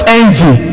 envy